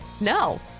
no